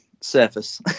surface